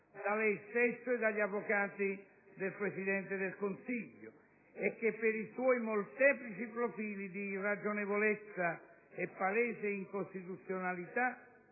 da lei stesso e dagli avvocati del Presidente del Consiglio e che, per i suoi molteplici profili di irragionevolezza e palese incostituzionalità,